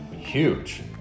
Huge